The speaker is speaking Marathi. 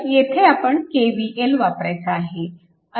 तर येथे आपण KVL वापरायचा आहे